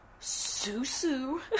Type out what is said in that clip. Susu